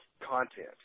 content